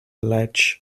ledge